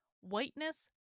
Whiteness